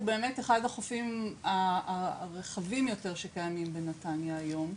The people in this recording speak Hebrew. הוא באמת אחד החופים הרחבים יותר שקיימים בנתניה היום.